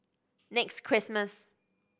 next Christmas